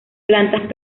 plantas